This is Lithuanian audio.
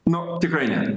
nu tikrai ne